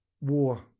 war